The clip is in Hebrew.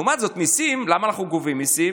לעומת זאת, מיסים, למה אנחנו גובים מיסים?